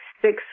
six